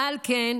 ועל כן,